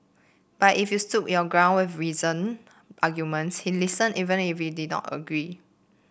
but if you stood your ground with reason arguments he listened even if he did not agree